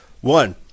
one